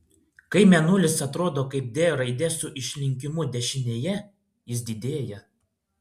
kai mėnulis atrodo kaip d raidė su išlinkimu dešinėje jis didėja